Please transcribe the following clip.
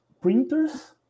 printers